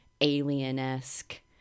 alien-esque